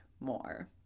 more